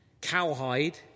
cowhide